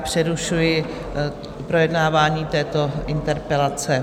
Přerušuji projednávání této interpelace.